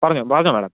പറഞ്ഞോ പറഞ്ഞോ മാഡം